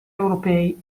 europei